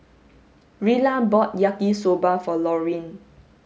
Rilla bought yaki soba for Laurine